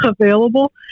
available